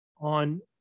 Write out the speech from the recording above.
on